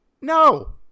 No